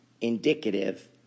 indicative